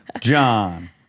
John